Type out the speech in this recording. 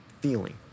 feeling